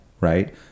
right